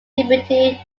depicting